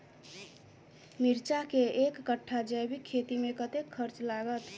मिर्चा केँ एक कट्ठा जैविक खेती मे कतेक खर्च लागत?